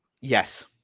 Yes